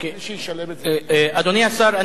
אדוני השר,